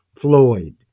Floyd